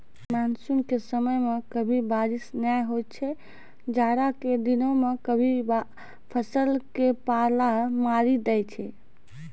monsoon के समय मॅ कभी बारिश नाय होय छै, जाड़ा के दिनों मॅ कभी फसल क पाला मारी दै छै